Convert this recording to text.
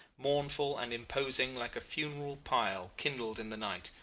mournful and imposing like a funeral pile kindled in the night,